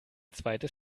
zweites